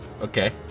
Okay